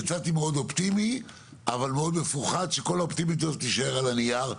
יצאתי מאוד אופטימי אבל מאוד מפוחד שכל האופטימיות הזאת תישאר על הנייר.